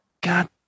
God